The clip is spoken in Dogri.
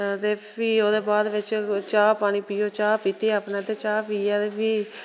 दे फिह् ओह् ओहदे बाद बिच चाह पानी पिओ चाह् पीती अपने ते चाह् पीऐ ते फ्ही